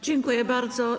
Dziękuję bardzo.